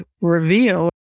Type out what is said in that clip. reveal